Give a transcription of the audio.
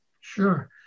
Sure